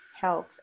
health